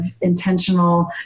intentional